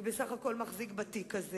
הוא בסך הכול מחזיק בתיק הזה,